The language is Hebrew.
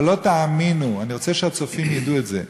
אבל לא תאמינו, אני רוצה שהצופים ידעו את זה: